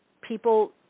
People